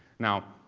now,